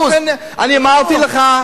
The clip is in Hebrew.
אני אמרתי לך,